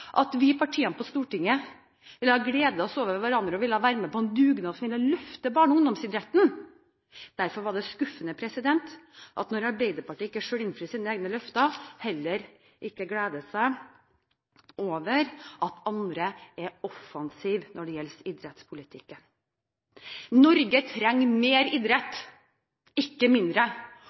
partiene på Stortinget ville glede seg over å få være med på en dugnad for å løfte barne- og ungdomsidretten. Derfor var det skuffende da Arbeiderpartiet ikke innfridde sine egne løfter, at de heller ikke ville glede seg over at andre er offensive i idrettspolitikken. Norge trenger mer idrett, ikke mindre.